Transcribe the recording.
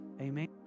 amen